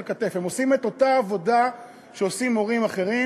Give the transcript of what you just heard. כתף: הם עושים את אותה עבודה שעושים מורים אחרים,